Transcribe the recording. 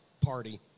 party